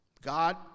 God